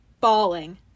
bawling